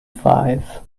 five